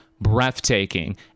breathtaking